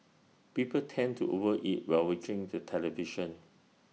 people tend to over eat while watching the television